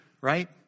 right